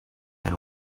and